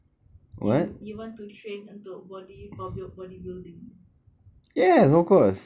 you you want to train untuk body build for body building